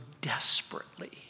desperately